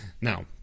now